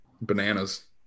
bananas